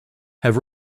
have